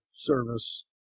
service